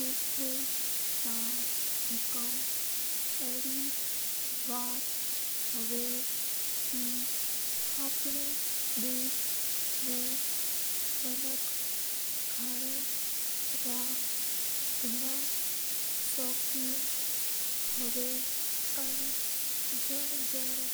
देखो सा हुकूम अडी बात आवा के अपना देश मा माणक खेनां रा गणा सोकीन हवे अणा जन जन